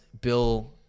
Bill